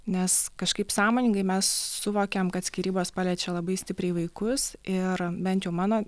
nes kažkaip sąmoningai mes suvokėm kad skyrybos paliečia labai stipriai vaikus ir bent jau mano